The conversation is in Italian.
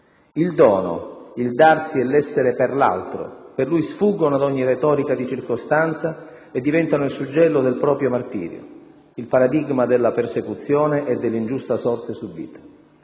Il dono, il darsi e l'essere per l'altro, per lui sfuggono ad ogni retorica di circostanza e diventano il suggello del proprio martirio, il paradigma della persecuzione e dell'ingiusta sorte subita.